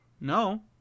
No